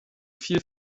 fiel